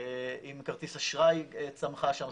עם כרטיס אשראי צמחה שם,